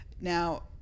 now